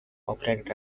operated